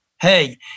Hey